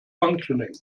functioning